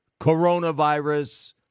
coronavirus